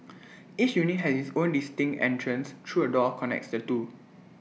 each unit has its own distinct entrance through A door connects the two